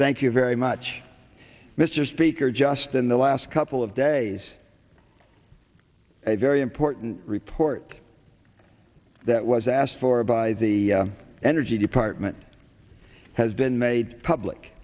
thank you very much mr speaker just in the last couple of days a very important report that was asked for by the energy department has been made public